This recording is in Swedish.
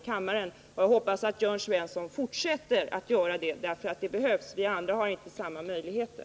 Jag hoppas att Jörn Svensson fortsätter att göra det. Det behövs. Och vi andra har inte samma möjligheter.